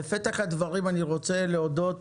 אני רוצה להודות